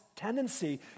Tendency